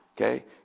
Okay